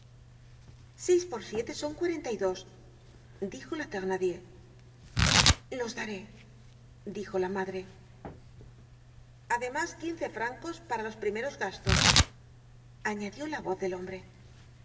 seis por siete son cuarenta y dos dijo la thenardier los daré dijo la madre además quince francos para los primeros gastos añadió la voz de hombre